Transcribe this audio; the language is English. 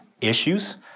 issues